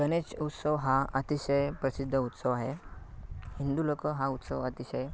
गणेश उत्सव हा अतिशय प्रसिद्ध उत्सव आहे हिंदू लोक हा उत्सव अतिशय